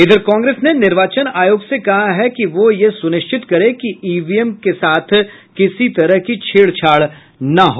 इधर कांग्रेस ने निर्वाचन आयोग से कहा है कि वो सुनिश्चित करें कि ईवीएम के साथ कोई छेड़छाड़ न हो